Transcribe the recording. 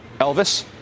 Elvis